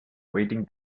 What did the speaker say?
waiting